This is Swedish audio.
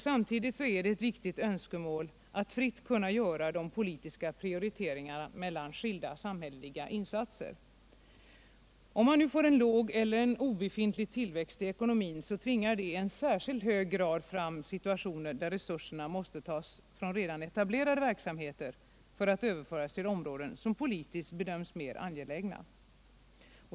Samtidigt är det ett viktigt önskemål att fritt kunna göra de politiska prioriteringarna mellan skilda samhälleliga insatser. Om man nu får en låg eller obefintlig tillväxt i ekonomin, tvingar det i särskilt hög grad fram situationer där resurserna måste tas från redan etablerade verksamheter för att överföras till områden som politiskt bedöms mer angelägna.